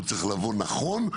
הוא צריך לבוא נכון.